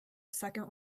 second